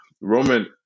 Roman